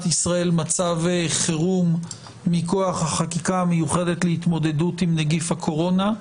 ישראל מצב חירום מכוח החקיקה המיוחדת להתמודדות עם נגיף הקורונה.